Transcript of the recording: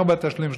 ארבעה תשלומים,